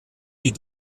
die